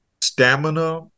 stamina